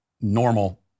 normal